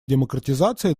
демократизации